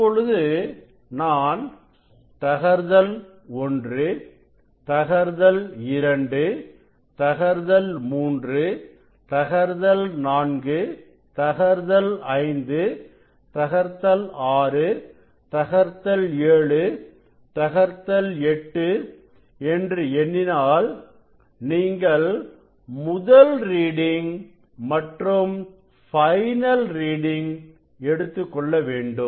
இப்பொழுது நான் தகர்த்தல்1 தகர்த்தல்2 தகர்த்தல்3 தகர்த்தல்4 தகர்த்தல் 5 தகர்த்தல் 6 தகர்த்தல் 7 தகர்த்தல் 8 என்று எண்ணினாள் நீங்கள் முதல் ரீடிங் மற்றும் ஃபைனல் ரீடிங் எடுத்துக்கொள்ள வேண்டும்